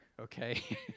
okay